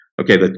okay